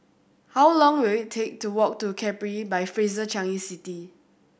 how long will it take to walk to Capri by Fraser Changi City